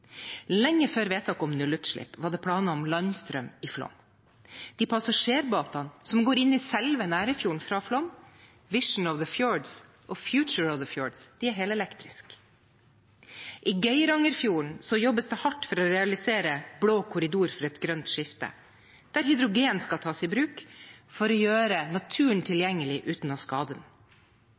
Lenge før vedtaket om nullutslipp var det planer om landstrøm i Flåm. De passasjerbåtene som går inn i selve Nærøyfjorden fra Flåm, «Vision of the Fjords» og «Future of the Fjords», er helelektriske. I Geirangerfjorden jobbes det hardt for å realisere «Blå korridor for grønt skifte», der hydrogen skal tas i bruk for å gjøre naturen tilgjengelig uten å